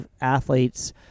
athletes